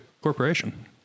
corporation